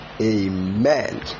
Amen